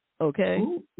Okay